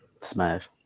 Smash